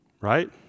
right